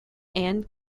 and